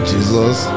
Jesus